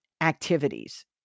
activities